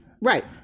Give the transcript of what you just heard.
right